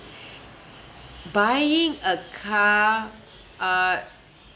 buying a car uh